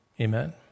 Amen